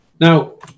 now